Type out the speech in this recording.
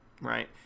right